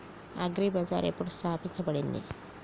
Agri Bazaar ఎప్పుడు స్థాపించబడింది?